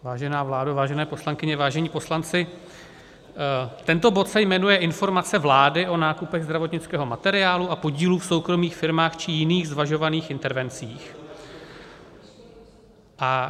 Vážená vládo, vážené poslankyně, vážení poslanci, tento bod se jmenuje Informace vlády o nákupech zdravotnického materiálu a podílů v soukromých firmách či jiných zvažovaných intervencích.